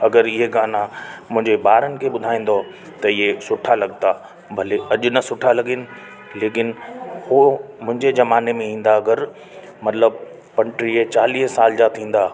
अगरि इहे गाना मुंहिंजे ॿारनि खे ॿुधाईंदो त हीअ सुठा लॻंदा भले अॼु न सुठा लॻीनि लेकिन हुओ मुंहिंजे ज़माने में ईंदा घर मतिलबु पंटीह चालीह साल जा थींदा